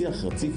קיימים,